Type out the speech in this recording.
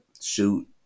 shoot